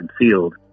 concealed